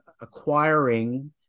acquiring